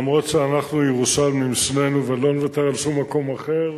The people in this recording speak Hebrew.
אף שאנחנו ירושלמים שנינו ולא נוותר על שום מקום אחר,